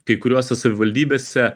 kai kuriuose savivaldybėse